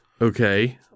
Okay